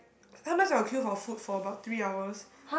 sometimes I would queue for food for about three hours